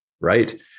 Right